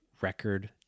record